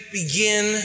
begin